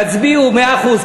תצביעו, מאה אחוז.